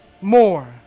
more